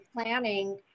planning